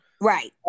Right